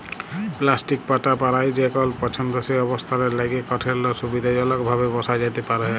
plastic পাটা পারায় যেকল পসন্দসই অবস্থালের ল্যাইগে কাঠেরলে সুবিধাজলকভাবে বসা যাতে পারহে